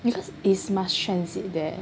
because it's must transit there